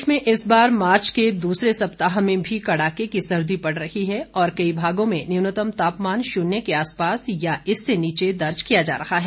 प्रदेश में इस बार मार्च के दूसरे सप्ताह में भी कड़ाके की सर्दी पड़ रही है और कई भागों में न्युनतम तापमान शुन्य के आसपास या इससे नीचे दर्ज किया जा रहा है